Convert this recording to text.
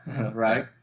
right